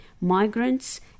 migrants